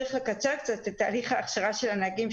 צריך לקצר קצת את תהליך ההכשרה של הנהגים,